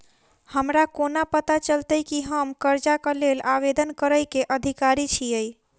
हमरा कोना पता चलतै की हम करजाक लेल आवेदन करै केँ अधिकारी छियै?